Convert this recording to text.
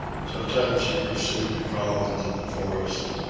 sometimes he pursued the call into the forest,